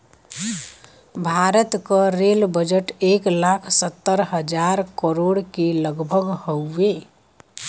भारत क rail budget एक लाख सत्तर हज़ार करोड़ के लगभग हउवे